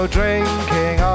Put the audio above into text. drinking